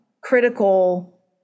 critical